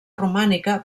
romànica